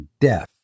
death